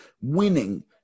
winning